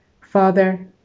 Father